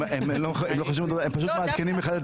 הם פשוט מעדכנים אחד את